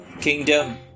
Kingdom